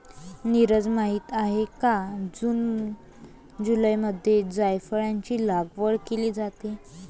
नीरज माहित आहे का जून जुलैमध्ये जायफळाची लागवड केली जाते